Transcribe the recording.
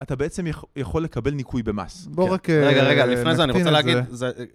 אתה בעצם יכול לקבל ניכוי במס. בוא רק... רגע, רגע, לפני זה אני רוצה להגיד...